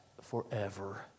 forever